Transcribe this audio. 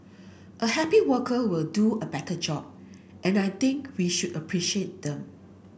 a happy worker will do a better job and I think we should appreciate them